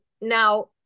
Now